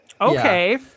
okay